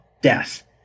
death